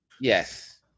yes